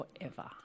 forever